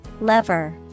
lever